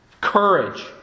Courage